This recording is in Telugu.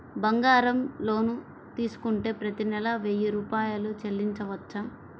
బంగారం లోన్ తీసుకుంటే ప్రతి నెల వెయ్యి రూపాయలు చెల్లించవచ్చా?